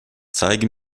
zeige